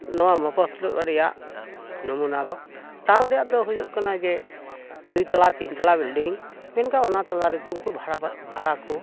ᱱᱚᱣᱟ ᱢᱚᱯᱷᱚᱥᱚᱞ ᱨᱮᱭᱟᱜ ᱱᱚᱢᱩᱱᱟ ᱫᱚ ᱴᱟᱣᱩᱱ ᱨᱮᱭᱟᱜ ᱫᱚ ᱦᱩᱭᱩᱜ ᱠᱟᱱᱟ ᱡᱮ ᱫᱩᱭ ᱛᱟᱞᱟ ᱛᱤᱱ ᱛᱟᱞᱟ ᱵᱤᱞᱰᱤᱝ ᱢᱮᱱᱠᱷᱟᱱ ᱚᱱᱟ ᱛᱟᱞᱟ ᱨᱮᱛᱮ ᱩᱱᱠᱩ ᱵᱷᱟᱲᱟ ᱵᱷᱟᱲᱟ ᱠᱚ